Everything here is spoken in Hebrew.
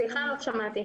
סליחה, לא שמעתי.